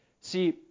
See